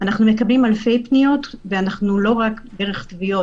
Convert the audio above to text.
אנחנו מקבלים אלפי פניות ולא רק דרך תביעות,